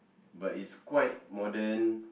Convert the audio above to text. but it's quite modern